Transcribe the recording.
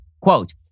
Quote